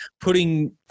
putting